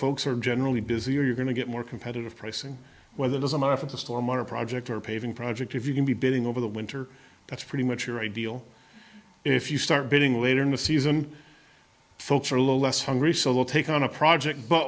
folks are generally busier you're going to get more competitive pricing weather doesn't matter if it's a storm or a project or paving project if you can be building over the winter that's pretty much your ideal if you start getting later in the season folks are less hungry so will take on a project but